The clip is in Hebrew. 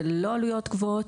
זה לא עלויות גבוהות,